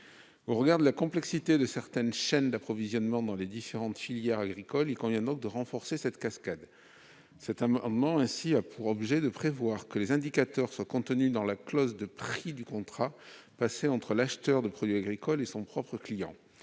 Au regard de la complexité de certaines chaînes d'approvisionnement dans les différentes filières agricoles, il convient donc de renforcer cette cascade. Cet amendement a ainsi pour objet de prévoir que les indicateurs soient contenus dans la clause de prix du contrat passé entre l'acheteur de produits agricoles et son propre client.